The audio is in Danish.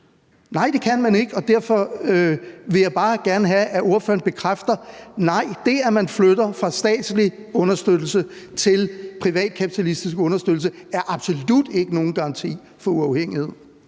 Nej, det kan man ikke, og derfor vil jeg bare gerne have, at ordføreren bekræfter, at nej, det, at man flytter fra statslig understøttelse til privatkapitalistisk understøttelse, er absolut ikke nogen garanti for uafhængighed.